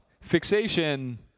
Fixation